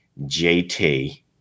JT